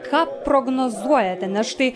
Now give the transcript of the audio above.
ką prognozuojate nes štai